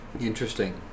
Interesting